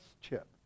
chip